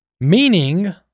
Meaning